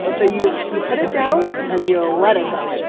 ah so you you put it down and you ah let it go